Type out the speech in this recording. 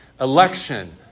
election